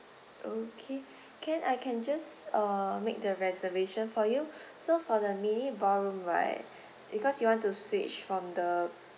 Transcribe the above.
okay can I can just uh make the reservation for you so for the mini ballroom right because you want to switch from the